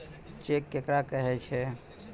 Cheque केकरा कहै छै?